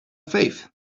faith